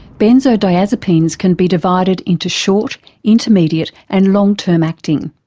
benzodiazepines can be divided into short intermediate and long term acting.